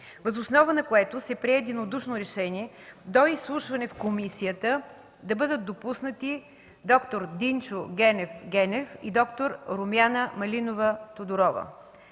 въз основа на което се прие единодушно решение до изслушване в комисията да бъдат допуснати д-р Динчо Генев Генев и д-р Румяна Малинова Тодорова.